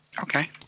Okay